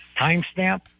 timestamp